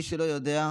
מי שלא יודע,